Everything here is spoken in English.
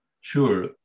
Sure